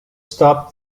stop